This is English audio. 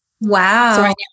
Wow